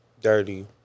Dirty